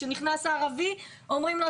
כשנכנס הערבי אומרים לו,